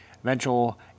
eventual